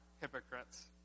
hypocrites